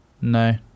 No